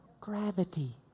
Gravity